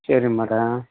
சரி மேடம்